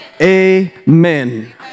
Amen